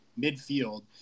midfield